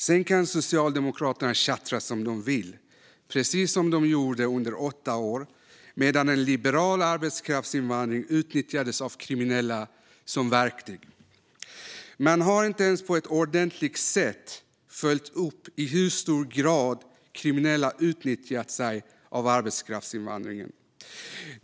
Sedan kan Socialdemokraterna tjattra som de vill, precis som de gjorde under åtta år medan en liberal arbetskraftsinvandring utnyttjades av kriminella som ett verktyg. Man har inte ens på ett ordentligt sätt följt upp i hur stor grad kriminella har utnyttjat arbetskraftsinvandringen.